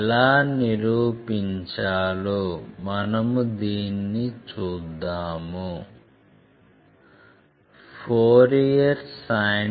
ఎలా నిరూపించాలో మనము దీన్ని చూద్దాం